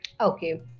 Okay